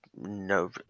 no